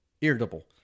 irritable